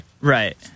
Right